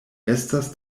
estas